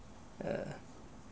err